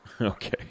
okay